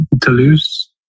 Toulouse